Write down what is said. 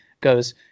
goes